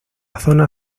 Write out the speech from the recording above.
zona